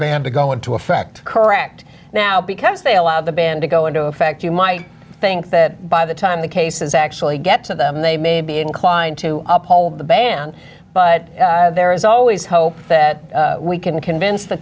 ban to go into effect correct now because they allowed the ban to go into effect you might think that by the time the cases actually get to them they may be inclined to uphold the ban but there is always hope that we can convince the